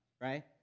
Right